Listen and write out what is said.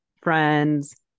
friends